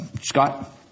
Scott